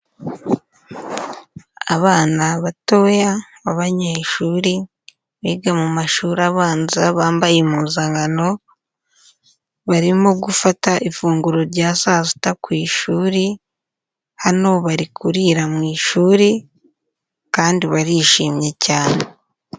Abana batoya b'abanyeshuri biga mu mashuri abanza bambaye impuzankano, barimo gufata ifunguro rya saa sita ku ishuri, hano bari kurira mu ishuri kandi barishimye cyane.